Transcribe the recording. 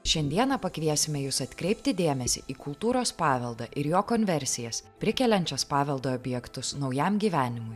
šiandieną pakviesime jus atkreipti dėmesį į kultūros paveldą ir jo konversijas prikeliančios paveldo objektus naujam gyvenimui